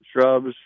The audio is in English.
shrubs